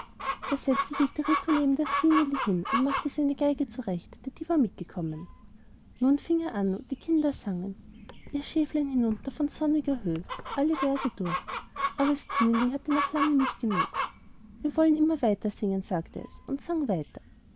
da setzte sich der rico neben das stineli hin und machte seine geige zurecht denn die war mitgekommen nun fing er an und die kinder sangen ihr schäflein hinunter von sonniger höh alle verse durch aber stineli hatte noch lange nicht genug wir wollen immer weiter singen sagte es und sang weiter